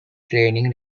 training